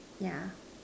yeah